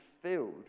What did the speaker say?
filled